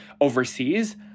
overseas